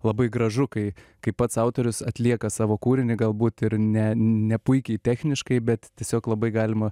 labai gražu kai kaip pats autorius atlieka savo kūrinį galbūt ir ne ne puikiai techniškai bet tiesiog labai galima